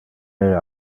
era